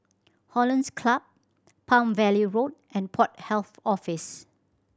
Hollandse Club Palm Valley Road and Port Health Office